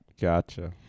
Gotcha